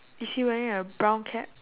is he wearing a brown cap